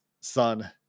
son